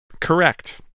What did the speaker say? Correct